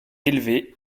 élevé